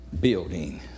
building